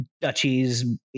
duchies